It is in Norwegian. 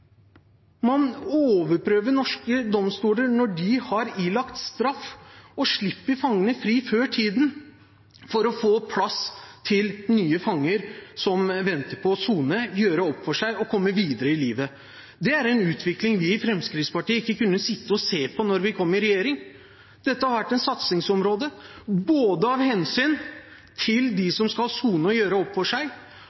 Man overprøver norske domstoler når de har ilagt straff, og man slipper fangene fri før tiden for å få plass til nye fanger som venter på å sone, gjøre opp for seg og komme videre i livet. Det er en utvikling vi i Fremskrittspartiet ikke kunne sitte og se på da vi kom i regjering. Dette har vært et satsingsområde, både av hensyn til